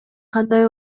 кандай